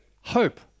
hope